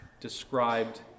described